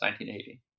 1980